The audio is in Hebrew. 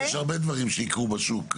יש הרבה דברים שיקרו בשוק,